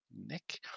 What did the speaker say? Nick